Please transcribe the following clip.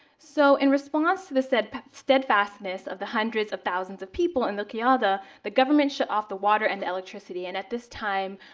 so in response to the steadfastness of the hundreds of thousands of people in the qiyada, the government shut off the water and electricity. and at this time,